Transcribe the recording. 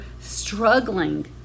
struggling